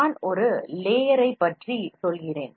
நான் ஒரு லேயரைப்பற்றி சொல்கிறான்